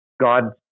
God